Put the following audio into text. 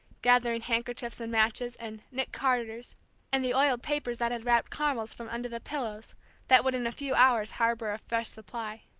gathering handkerchiefs and matches and nick carters and the oiled paper that had wrapped caramels from under the pillows that would in a few hours harbor a fresh supply.